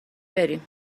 بریم